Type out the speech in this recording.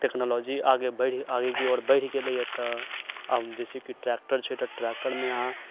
technology आगे बढ़ि गेल आगे की ओर बढ़ि गेलैए तऽ आब जैसे कि ट्रेक्टर छै तऽ ट्रेक्टरमे अहाँ